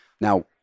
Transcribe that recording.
Now